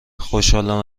خوشحالم